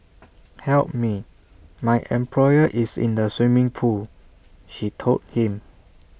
help me my employer is in the swimming pool she told him